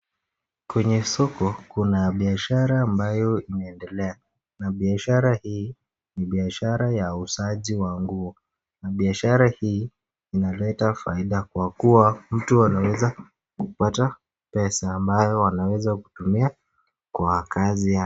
Kwenye soko kuna biashara ambayo inaedelea na biashara hii ni biashara ya uuzaji wa nguo na biashara hii inaleta faida kwakuwa mtu anaweza kupata pesa ambayo anaweza kutumia kwa kazi yake.